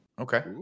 Okay